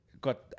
got